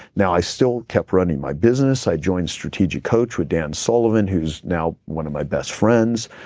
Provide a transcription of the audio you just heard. now, i still kept running my business, i joined strategic coach with dan sullivan who's now one of my best friends.